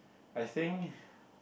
I think